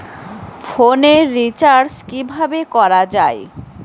ফোনের রিচার্জ কিভাবে করা যায়?